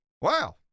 Wow